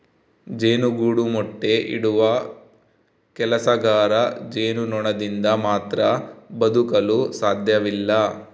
ಜೇನುಗೂಡು ಮೊಟ್ಟೆ ಇಡುವ ಕೆಲಸಗಾರ ಜೇನುನೊಣದಿಂದ ಮಾತ್ರ ಬದುಕಲು ಸಾಧ್ಯವಿಲ್ಲ